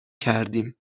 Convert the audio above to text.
کردیم